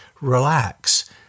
relax